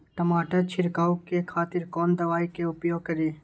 टमाटर छीरकाउ के खातिर कोन दवाई के उपयोग करी?